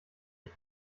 ich